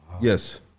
Yes